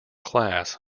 class